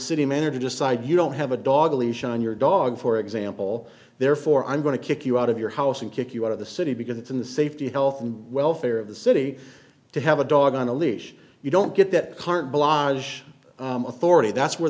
city manager decide you don't have a dog leash on your dog for example therefore i'm going to kick you out of your house and kick you out of the city because it's in the safety health and welfare of the city to have a dog on a leash you don't get that current blondish authority that's where